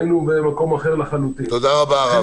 היינו במקום אחר לחלוטין.